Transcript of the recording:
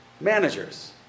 managers